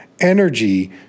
energy